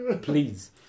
Please